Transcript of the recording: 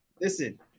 Listen